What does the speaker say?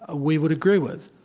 ah we would agree with.